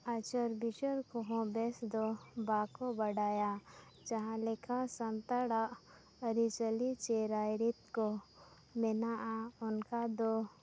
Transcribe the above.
ᱟᱪᱟᱨ ᱵᱤᱪᱟᱹᱨ ᱠᱚᱦᱚᱸ ᱵᱮᱥ ᱫᱚ ᱵᱟᱠᱚ ᱵᱟᱰᱟᱭᱟ ᱡᱟᱦᱟᱸ ᱞᱮᱠᱟ ᱥᱟᱱᱛᱟᱲᱟᱜ ᱟᱹᱨᱤᱪᱟᱹᱞᱤ ᱥᱮ ᱨᱟᱭ ᱨᱤᱛ ᱠᱚ ᱢᱮᱱᱟᱜᱼᱟ ᱚᱱᱠᱟ ᱫᱚ